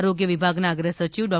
આરોગ્ય વિભાગના અગ્રસચિવ ડૉ